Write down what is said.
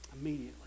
Immediately